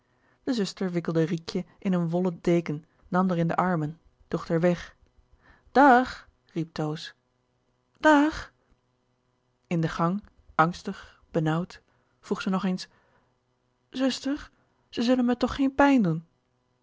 de zuster wikkelde riekje in een wollen deken nam d'r in de armen droeg d'r weg da àg riep toos da àg in de gang angstig benauwd vroeg ze nog eens zuster ze zelle me toch geen pijn doen